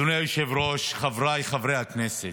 אדוני היושב-ראש, חבריי חברי הכנסת,